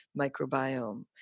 microbiome